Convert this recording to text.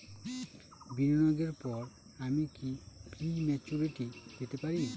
বিনিয়োগের পর আমি কি প্রিম্যচুরিটি পেতে পারি?